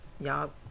y'all